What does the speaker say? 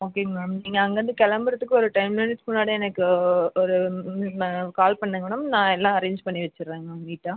ஓகேங்க மேம் நீங்கள் அங்கேருந்து கிளம்புறதுக்கு ஒரு டென் மினிட்ஸ் முன்னாடியே எனக்கு ஒரு கால் பண்ணுங்கள் மேடம் நான் எல்லாம் அரேஞ்ச் பண்ணி வச்சிட்றங்க மேம் நீட்டாக